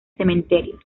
cementerios